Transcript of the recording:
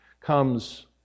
comes